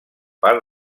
part